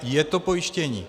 Je to pojištění?